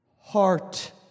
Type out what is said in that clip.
heart